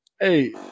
Hey